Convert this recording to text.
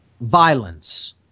violence